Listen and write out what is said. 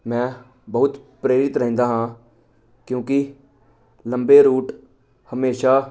ਮੈਂ ਬਹੁਤ ਪ੍ਰੇਰਿਤ ਰਹਿੰਦਾ ਹਾਂ ਕਿਉਂਕਿ ਲੰਬੇ ਰੂਟ ਹਮੇਸ਼ਾਂ